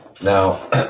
Now